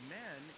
men